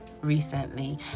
recently